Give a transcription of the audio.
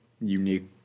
unique